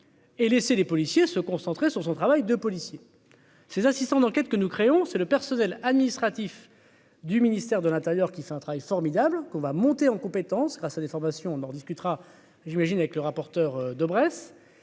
et laisser les policiers se concentrer sur son travail de policier, ses assistants d'enquête que nous créons, c'est le personnel administratif du ministère de l'Intérieur qui fait un travail formidable qu'on va monter en compétence grâce à des formations, on en rediscutera j'imagine avec le rapporteur de Bresse